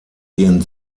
ihren